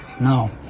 No